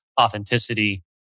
authenticity